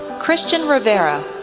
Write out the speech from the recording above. christian rivera,